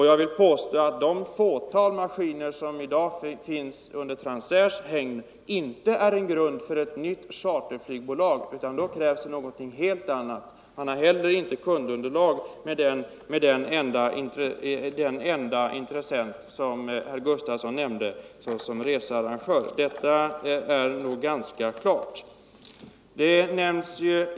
Jag vill påstå att det fåtal maskiner som i dag finns under Transairs hägn inte kan utgöra grunden för ett nytt charterflygbolag, utan härför krävs någonting helt annat. Man har heller inte kundunderlag med den enda researrangör som herr Sven Gustafson i Göteborg nämnde. Detta är nog ganska klart.